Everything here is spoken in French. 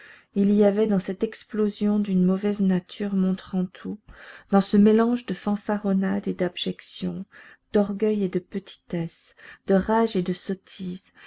il y avait dans cette explosion d'une mauvaise nature montrant tout dans ce mélange de fanfaronnade et d'abjection d'orgueil et de petitesse de rage et de sottise